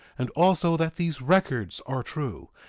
and also that these records are true.